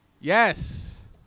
Yes